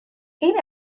این